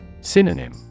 Synonym